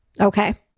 Okay